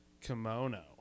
Kimono